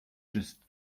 just